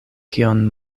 kion